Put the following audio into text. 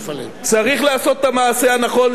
צריך לעשות את המעשה הנכון,